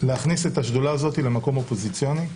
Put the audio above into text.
להכניס את השדולה הזאת למקום אופוזיציוני,